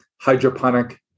hydroponic